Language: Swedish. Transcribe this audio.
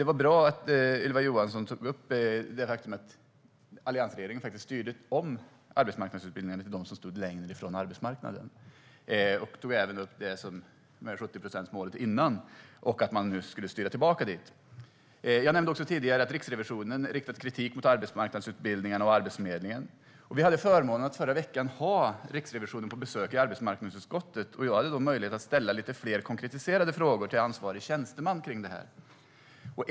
Det var bra att Ylva Johansson tog upp faktumet att alliansregeringen styrde om arbetsmarknadsutbildningarna till dem som stod längre från arbetsmarknaden. Hon tog även upp 70-procentsmålet innan och att man nu skulle styra tillbaka dit. Jag nämnde också tidigare att Riksrevisionen riktat kritik mot arbetsmarknadsutbildningarna och Arbetsförmedlingen. Vi hade förmånen att förra veckan ha Riksrevisionen på besök i arbetsmarknadsutskottet. Jag hade då möjlighet att ställa lite fler konkretiserade frågor till ansvarig tjänsteman om detta.